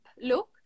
look